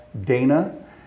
Dana